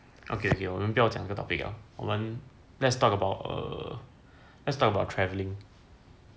okay okay 我们不要讲这个 topic liao 我们 let's talk about err let's talk about travelling